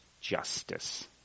justice